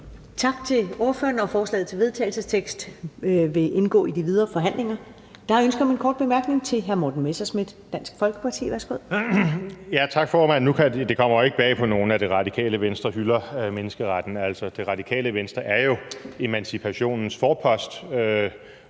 Tak til ordføreren. Forslaget til vedtagelse vil indgå i de videre forhandlinger. Der er ønske om en kort bemærkning fra hr. Morten Messerschmidt, Dansk Folkeparti. Værsgo. Kl. 14:19 Morten Messerschmidt (DF): Tak, formand. Det kommer jo ikke bag på nogen, at Det Radikale Venstre hylder menneskeretten. Det Radikale Venstre er jo emancipationens forpost,